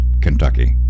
Kentucky